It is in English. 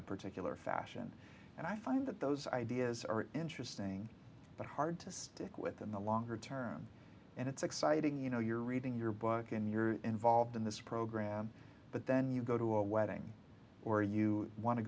particular fashion and i find that those ideas are interesting but hard to stick with in the longer term and it's exciting you know you're reading your book and you're involved in this program but then you go to a wedding or you want to